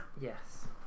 yes